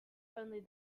only